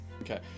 Okay